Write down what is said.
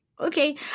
Okay